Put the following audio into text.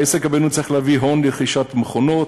העסק הבינוני צריך להביא הון לרכישת מכונות,